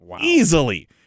easily